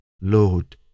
Lord